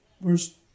verse